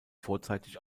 vorzeitig